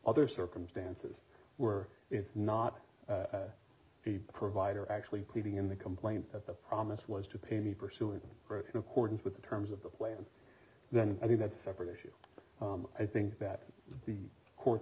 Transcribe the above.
other circumstances were it's not the provider actually pleading in the complaint of the promise was to pay me pursuant in accordance with the terms of the plan then i think that's a separate issue i think that the courts